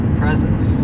presence